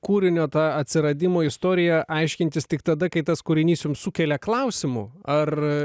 kūrinio tą atsiradimo istoriją aiškintis tik tada kai tas kūrinys jums sukelia klausimų ar